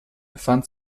fand